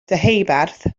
deheubarth